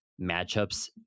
matchups